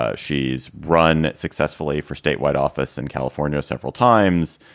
ah she's run successfully for statewide office in california several times.